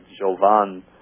Jovan